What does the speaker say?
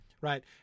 right